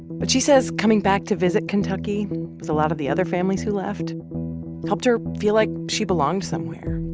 but she says coming back to visit kentucky with a lot of the other families who left helped her feel like she belonged somewhere.